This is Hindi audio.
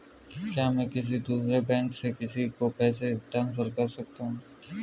क्या मैं किसी दूसरे बैंक से किसी को पैसे ट्रांसफर कर सकता हूँ?